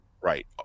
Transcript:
Right